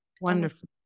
wonderful